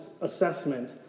assessment